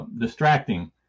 distracting